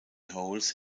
holes